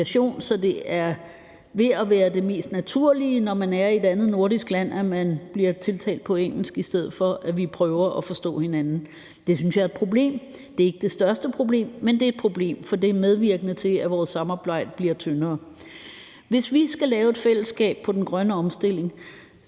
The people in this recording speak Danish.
så det er ved at være det mest naturlige, når man er i et andet nordisk land, at man bliver tiltalt på engelsk, i stedet for at vi prøver at forstå hinanden. Det synes jeg er et problem. Det er ikke det største problem, men det er et problem, for det er medvirkende til, at vores samarbejde bliver tyndere. Hvis vi skal lave et fællesskab på den grønne omstilling,